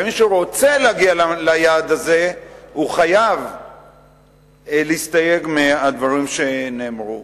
ומי שרוצה להגיע ליעד הזה חייב להסתייג מהדברים שנאמרו.